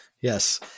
Yes